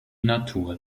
natur